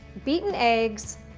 beaten eggs,